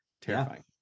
terrifying